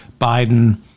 Biden